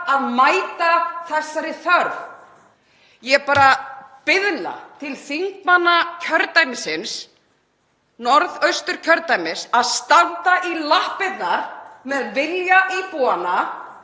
að mæta þessari þörf. Ég biðla til þingmanna kjördæmisins, Norðausturkjördæmis, að standa í lappirnar gagnvart vilja íbúanna.